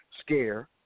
scare